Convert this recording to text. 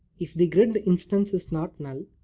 if the grid but instance is not null,